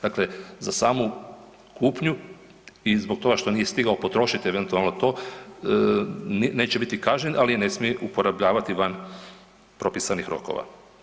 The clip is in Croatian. Dakle, za samu kupnju i zbog toga što nije stigao potrošit eventualno to neće biti kažnjen, ali je ne smije uporabljavati van propisanih rokova.